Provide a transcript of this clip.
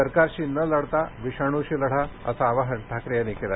सरकारशी न लढता विषाणूशी लढा असं आवाहन ठाकरे यांनी केलं